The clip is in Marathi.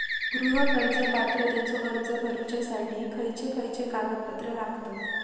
गृह कर्ज पात्रतेचो अर्ज भरुच्यासाठी खयचे खयचे कागदपत्र लागतत?